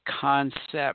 concept